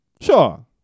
sure